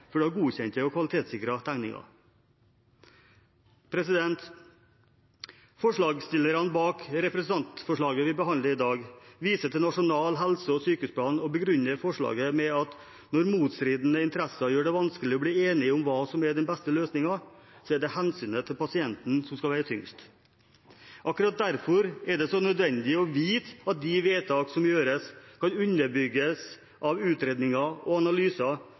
før man har godkjente og kvalitetssikrede tegninger. Forslagsstillerne bak representantforslaget vi behandler i dag, viser til Nasjonal helse- og sykehusplan og begrunner forslaget med at når motstridende interesser gjør det vanskelig å bli enige om hva som er den beste løsningen, er det hensynet til pasienten som skal veie tyngst. Akkurat derfor er det så nødvendig å vite at de vedtak som gjøres, kan underbygges av utredninger og analyser